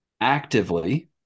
actively